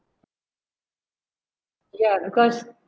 ya because